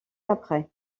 après